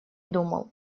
думал